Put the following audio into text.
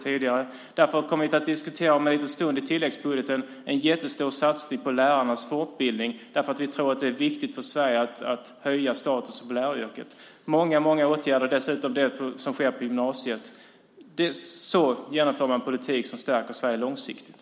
Vi kommer om en liten stund att i tilläggsbudgeten diskutera en jättestor satsning på lärarnas fortbildning. Vi tror att det är viktigt för Sverige att höja statusen på läraryrket. Dessutom är det många åtgärder på gymnasiet. Så genomför man en politik som stärker Sverige långsiktigt.